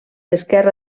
esquerra